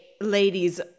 ladies